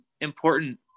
important